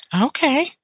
Okay